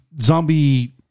zombie